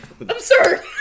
absurd